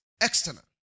external